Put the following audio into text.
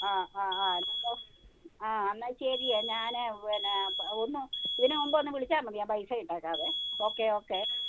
ആ ആ ആ എന്നാൽ ഓ ആ എന്നാൽ ശരിയേ ഞാൻ പിന്നെ ഒന്ന് ഇതിന് മുമ്പൊന്ന് വിളിച്ചാൽ മതി ഞാൻ പൈസ ഇട്ടേക്കാമേ ഓക്കെ ഓക്കെ